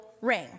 ring